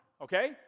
okay